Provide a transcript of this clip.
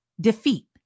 defeat